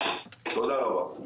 תודה רבה.